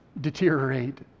deteriorate